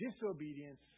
disobedience